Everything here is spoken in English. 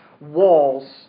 walls